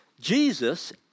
Jesus